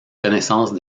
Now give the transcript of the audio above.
connaissance